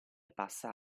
passa